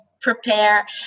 prepare